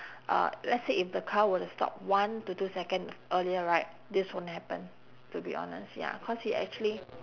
uh let's say if the car were to stop one to two second earlier right this wouldn't happen to be honest ya cause he actually